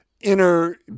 inner